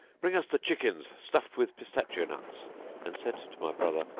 bring us the chickens stuffed with pistachio nuts and said to my brother,